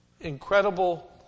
Incredible